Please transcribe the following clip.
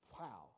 wow